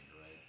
right